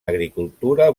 agricultura